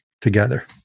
together